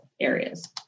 areas